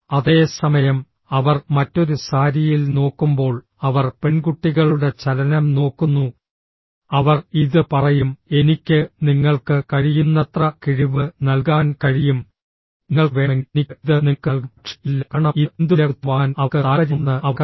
അതേ സമയം അവർ മറ്റൊരു സാരിയിൽ നോക്കുമ്പോൾ അവർ പെൺകുട്ടികളുടെ ചലനം നോക്കുന്നു അവർ ഇത് പറയും എനിക്ക് നിങ്ങൾക്ക് കഴിയുന്നത്ര കിഴിവ് നൽകാൻ കഴിയും നിങ്ങൾക്ക് വേണമെങ്കിൽ എനിക്ക് ഇത് നിങ്ങൾക്ക് നൽകാം പക്ഷേ ഇതല്ല കാരണം ഇത് എന്തുവിലകൊടുത്തും വാങ്ങാൻ അവൾക്ക് താൽപ്പര്യമുണ്ടെന്ന് അവർക്കറിയാം